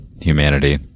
humanity